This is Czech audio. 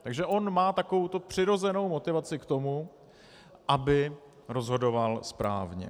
Takže on má takovouto přirozenou motivaci k tomu, aby rozhodoval správně.